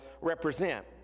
represent